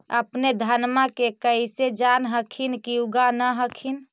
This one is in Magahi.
अपने धनमा के कैसे जान हखिन की उगा न हखिन?